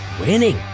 winning